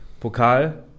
Pokal